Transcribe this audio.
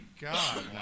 God